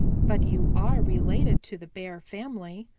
but you are related to the bear family.